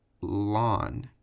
lawn